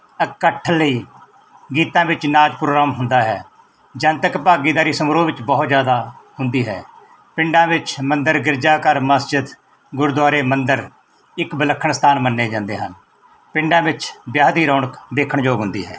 ਇਕੱਠ ਲਈ ਗੀਤਾਂ ਵਿੱਚ ਨਾਚ ਪ੍ਰੋਗਰਾਮ ਹੁੰਦਾ ਹੈ ਜਨਤਕ ਭਾਗੀਦਾਰੀ ਸਮਾਰੋਹ ਵਿੱਚ ਬਹੁਤ ਜ਼ਿਆਦਾ ਹੁੰਦੀ ਹੈ ਪਿੰਡਾਂ ਵਿੱਚ ਮੰਦਰ ਗਿਰਜਾਘਰ ਮਸਜਿਦ ਗੁਰਦੁਆਰੇ ਮੰਦਰ ਇੱਕ ਵਿਲੱਖਣ ਸਥਾਨ ਮੰਨੇ ਜਾਂਦੇ ਹਨ ਪਿੰਡਾਂ ਵਿੱਚ ਵਿਆਹ ਦੀ ਰੌਣਕ ਦੇਖਣ ਯੋਗ ਹੁੰਦੀ ਹੈ